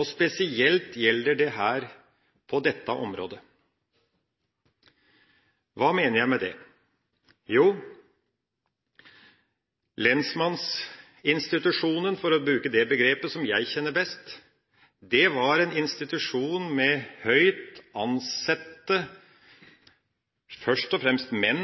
Det gjelder spesielt på dette området. Hva mener jeg med det? Jo, lensmannsinstitusjonen – for å bruke det begrepet – som jeg kjenner best, var en institusjon med høyt ansette menn først og fremst, men